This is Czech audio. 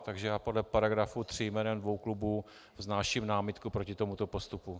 Takže já podle § 3 jménem dvou klubů vznáším námitku proti tomuto postupu.